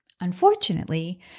Unfortunately